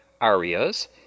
Arias